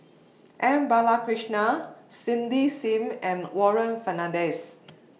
M Balakrishnan Cindy SIM and Warren Fernandez